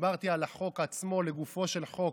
דיברתי על החוק עצמו, לגופו של חוק,